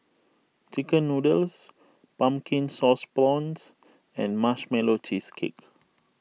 Chicken Noodles Pumpkin Sauce Prawns and Marshmallow Cheesecake